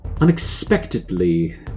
unexpectedly